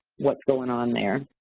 what's going on there.